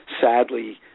Sadly